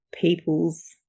people's